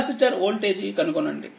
capacitor voltage కనుగొనండి